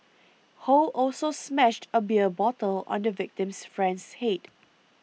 ho also smashed a beer bottle on the victim's friend's head